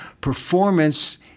performance